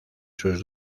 sus